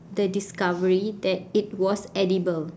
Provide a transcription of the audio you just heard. the discovery that it was edible